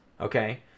Okay